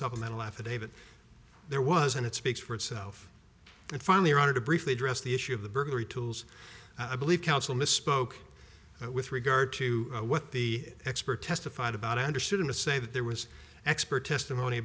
supplemental affidavit there was and it speaks for itself and finally wanted to briefly address the issue of the burglary tools i believe counsel misspoke with regard to what the expert testified about i understood him to say that there was expert testimony